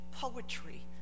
poetry